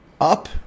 up